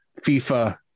FIFA